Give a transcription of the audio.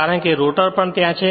કારણ કે રોટર પણ ત્યાં છે